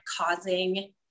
causing